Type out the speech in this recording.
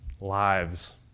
lives